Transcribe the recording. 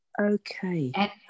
Okay